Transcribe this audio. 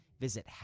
Visit